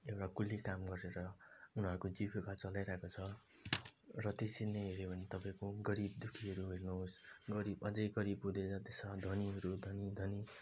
एउटा कुल्ली काम गरेर उनीहरूको जीविका चलाई रहेको छ र त्यसरी नै हेऱ्यो भने तपाईँको गरिब दुःखीहरू हेर्नु होस् गरिब अझै गरिब हुँदै जाँदैछ धनीहरू धनी धनी